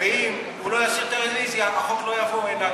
ואם הוא לא יסיר את הרוויזיה החוק לא יעבור הנה,